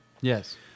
Yes